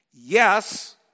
yes